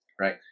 right